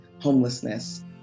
homelessness